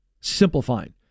simplifying